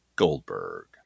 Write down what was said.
Goldberg